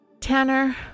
Tanner